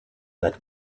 that